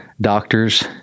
doctors